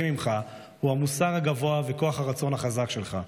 ממך הוא המוסר הגבוה וכוח הרצון החזק שלך.